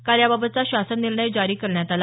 काल याबाबतचा शासन निर्णय जारी करण्यात आला